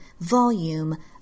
volume